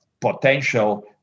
potential